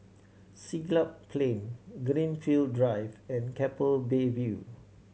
Siglap Plain Greenfield Drive and Keppel Bay View